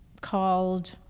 called